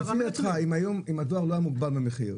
לפי דעתך אם הדואר לא היה מוגבל במחיר,